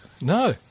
No